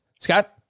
Scott